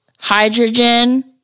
Hydrogen